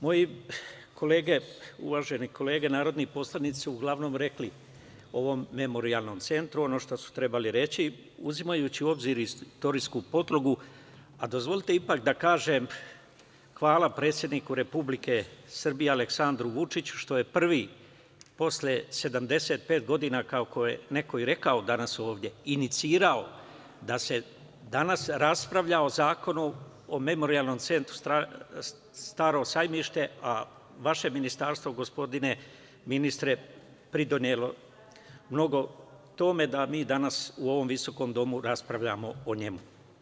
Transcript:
Moje uvažene kolege, narodni poslanici, uglavnom su rekli o ovom Memorijalnom centru, ono što su trebali reći, uzimajući u obzir istorijsku poprugu, a dozvolite ipak da kažem hvala predsedniku Republike Srbije, Aleksandru Vučiću, što je prvi posle 75 godina, kako je neko i rekao danas ovde, inicirao da se danas raspravlja o zakonu o Memorijalnom centru „Staro Sajmište“, a vaše Ministarstvo gospodine ministre pridonelo mnogo tome, da mi danas u ovom visokom Domu, raspravljamo o njemu.